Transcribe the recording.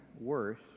worse